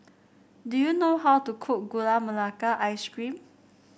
do you know how to cook Gula Melaka Ice Cream